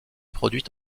produite